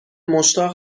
مشتاق